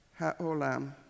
HaOlam